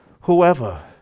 whoever